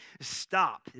stop